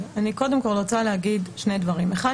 קודם כול אני רוצה להגיד שני דברים: האחד,